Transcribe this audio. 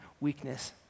weakness